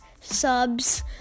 subs